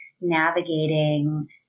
navigating